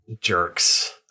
jerks